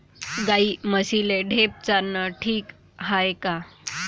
गाई म्हशीले ढेप चारनं ठीक हाये का?